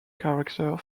character